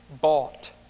bought